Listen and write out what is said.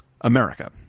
America